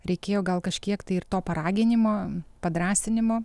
reikėjo gal kažkiek tai ir to paraginimo padrąsinimo